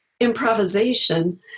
improvisation